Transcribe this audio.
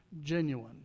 genuine